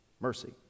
Mercy